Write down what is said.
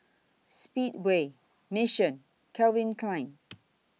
Speedway Mission Calvin Klein